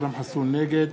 נגד